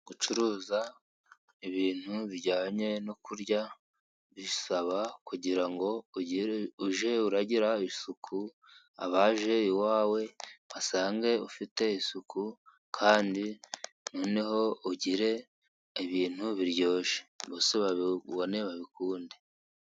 Gucuruza ibintu bijyanye no kurya bisaba kugira ngo ujye uragira isuku, abaje iwawe basange ufite isuku kandi noneho ugire ibintu biryoshye, bose babibone babikunde.